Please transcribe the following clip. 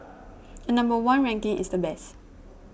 a number one ranking is the best